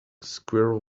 squirrel